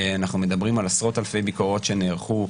אנחנו מדברים על עשרות אלפי ביקורות שנערכו.